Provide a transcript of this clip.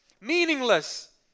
meaningless